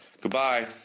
goodbye